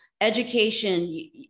education